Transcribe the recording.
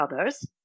others